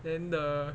then the